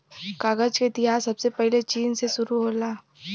कागज क इतिहास सबसे पहिले चीन से शुरु होला